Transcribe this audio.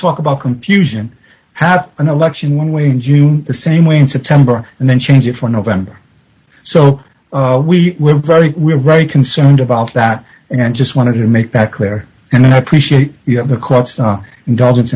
talk about confusion have an election one way and you the same way in september and then change it for november so we were very we're very concerned about that and just wanted to make that clear in appreciate you have the